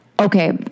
Okay